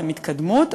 הן התקדמות.